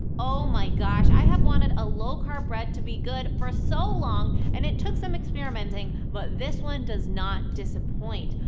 oh my gosh, i have wanted a low-carb bread to be good for so long and it took some experimenting, but this one does not disappoint.